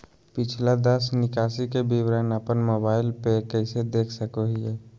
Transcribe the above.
पिछला दस निकासी के विवरण अपन मोबाईल पे कैसे देख सके हियई?